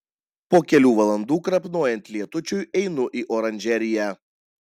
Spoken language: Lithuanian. po kelių valandų krapnojant lietučiui einu į oranžeriją